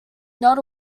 not